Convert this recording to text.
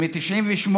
מ-1998